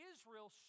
Israel